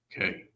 Okay